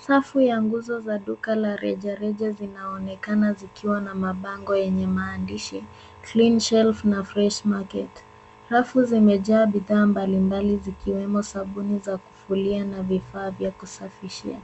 Safu ya nguzo za duka la reja reja zinaonekana zikiwa na mabango yenye maandishi, Cleanshelf na Fresh Market . Rafu zimejaa bidhaa mbalimbali zikiwemo sabuni za kufulia na vifaa vya kusafishia.